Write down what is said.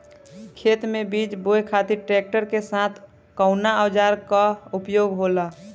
खेत में बीज बोए खातिर ट्रैक्टर के साथ कउना औजार क उपयोग होला?